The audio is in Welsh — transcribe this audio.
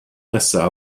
nesa